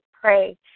pray